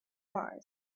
mars